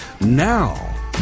Now